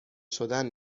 شدن